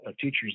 teachers